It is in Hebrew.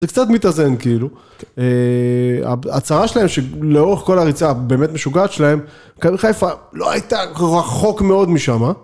זה קצת מתאזן כאילו, הצרה שלהם שלאורך כל הריצה הבאמת משוגעת שלהם, מכבי חיפה לא הייתה רחוק מאוד משם.